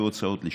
והוצאות לשכה.